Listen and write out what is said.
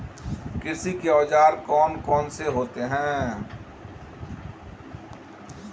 कृषि के औजार कौन कौन से होते हैं?